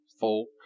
folk